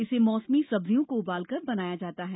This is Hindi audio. इसे मौसमी सब्जियों को उबालकर बनाया जाता है